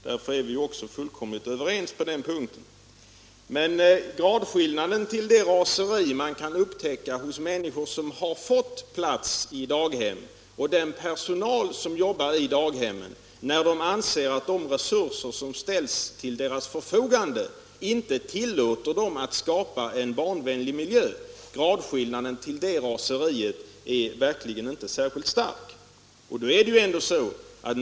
Därför är vi också fullkomligt överens på den punkten. Men gradskillnaden mellan det raseri man kan upptäcka hos människor som har fått plats för sina barn i daghem och hos den personal som jobbar i daghem, när personalen anser att de resurser som ställs till deras förfogande inte tillåter dem att skapa en barnvänlig miljö, är verkligen inte särskilt stor.